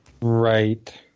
Right